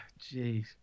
jeez